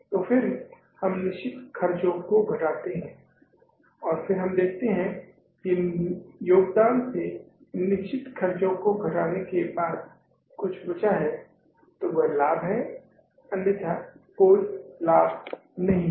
तो फिर हम निश्चित ख़र्चों को घटाते हैं और फिर हम देखते हैं कि योगदान से निर्धारित ख़र्चों को घटाने के बाद कुछ बचा है तो वह लाभ है अन्यथा कोई लाभ नहीं है